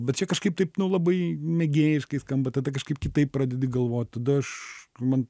bet čia kažkaip taip nu labai mėgėjiškai skamba tada kažkaip kitaip pradedi galvot tada aš man